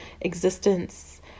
existence